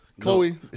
Chloe